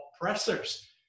oppressors